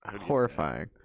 horrifying